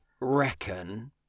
reckon